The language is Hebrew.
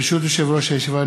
ברשות יושב-ראש הישיבה,